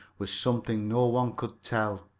was something no one could tell.